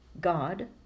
God